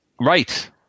Right